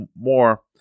more